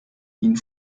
ihn